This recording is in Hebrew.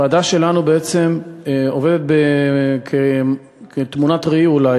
שהוועדה שלנו בעצם עובדת כתמונת ראי אולי